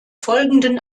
folgenden